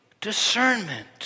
discernment